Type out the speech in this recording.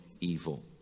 evil